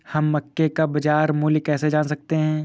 हम मक्के का बाजार मूल्य कैसे जान सकते हैं?